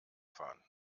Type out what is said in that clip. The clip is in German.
fahren